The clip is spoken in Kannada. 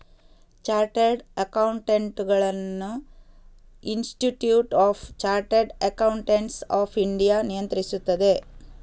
ಚಾರ್ಟರ್ಡ್ ಅಕೌಂಟೆಂಟುಗಳನ್ನು institute of chartered accountants of India ನಿಯಂತ್ರಿಸುತ್ತದೆ